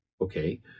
okay